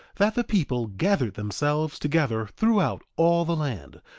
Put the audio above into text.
that the people gathered themselves together throughout all the land,